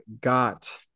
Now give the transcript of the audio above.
got